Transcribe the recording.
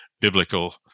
biblical